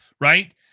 right